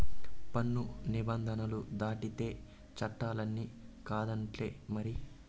పన్ను నిబంధనలు దాటితే చట్టాలన్ని కాదన్నట్టే మరి